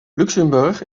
luxemburg